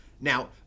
Now